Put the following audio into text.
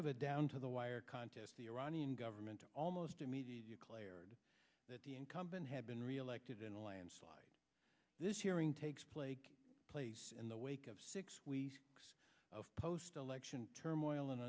a down to the wire contest the iranian government almost immediately clarity that the incumbent had been reelected in a landslide this hearing takes plague place in the wake of six weeks of post election turmoil and